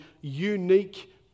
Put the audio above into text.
unique